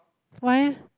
why eh